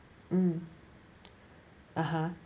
mm (uh huh)